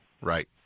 right